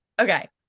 okay